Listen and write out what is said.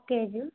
ఒక కేజీ